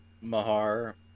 Mahar